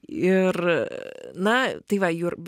ir na tai va jur